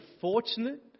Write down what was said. fortunate